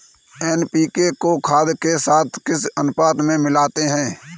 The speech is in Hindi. एन.पी.के को खाद के साथ किस अनुपात में मिलाते हैं?